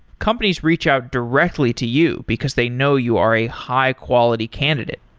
companies reach out directly to you because they know you are a high quality candidate.